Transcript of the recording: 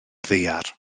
ddaear